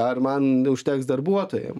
ar man užteks darbuotojam